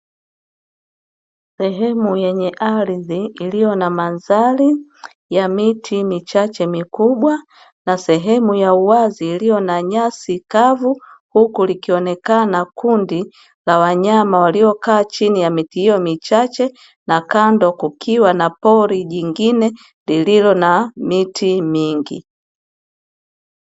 Sehemu yenye ardhi iliyo na mandhari ya miti michache mikubwa, na sehemu ya uwazi iliyo na nyasi kavu huku likionekana kundi la wanyama waliokaa chini ya miti hiyo michache; na kando kukiwa na pori jingine lililo na miti mingi.